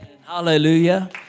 Hallelujah